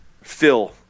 Phil